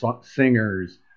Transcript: singers